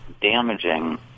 damaging